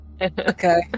Okay